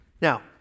Now